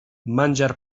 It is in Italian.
mangiar